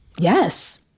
Yes